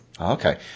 Okay